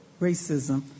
racism